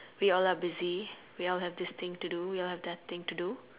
we all are busy we all have this thing to do we all have that thing to do